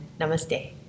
namaste